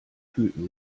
fühlten